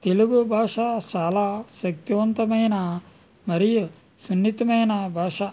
తెలుగు భాష చాలా శక్తివంతమైన మరియు సున్నితమైన భాష